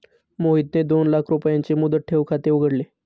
मोहितने दोन लाख रुपयांचे मुदत ठेव खाते उघडले